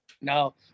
No